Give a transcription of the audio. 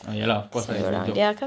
ah ya lah of course lah it's their job